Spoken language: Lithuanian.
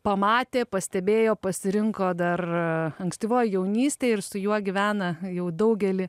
pamatė pastebėjo pasirinko dar ankstyvoj jaunystėj ir su juo gyvena jau daugelį